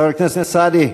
חבר הכנסת סעדי,